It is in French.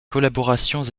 collaborations